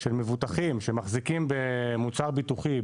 של מבוטחים שמחזיקים במוצר ביטוחי,